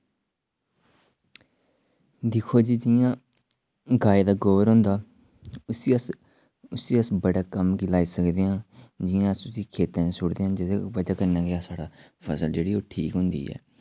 दिक्खो जी जि'यां गवै दा गोबर होंदा उस्सी अस उस्सी अस बड़े कम्म गी लाई सकदे आं जि'यां अस उस्सी खेतें च सु'टदे आं जेह्दे वजह् कन्नै गै साढ़ी फसल जेह्ड़ी ओह् ठीक होंदी